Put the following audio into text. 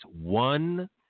One